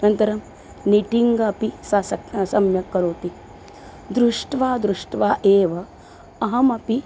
अनन्तरं निटिङ्ग् अपि सा सक् सम्यक् करोति दृष्ट्वा दृष्ट्वा एव अहमपि